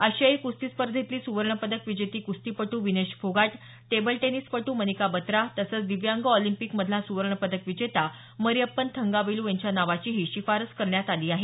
आशियाई कुस्ती स्पर्धेतली सुवर्णपदक विजेती कुस्तीपटू विनेश फोगाट टेबल टेनिसपटू मनिका बात्रा तसंच दिव्यांग ऑलिम्पिक मधला सुवर्णपदक विजेता मरिअप्पन थंगावेलू यांच्या नावाचीही शिफारस करण्यात आली आहे